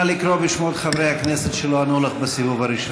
נא לקרוא בשמות חברי הכנסת שלא ענו לך בסיבוב הראשון.